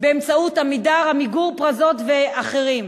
באמצעות "עמידר", "עמיגור", "פרזות" ואחרים.